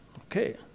Okay